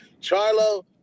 Charlo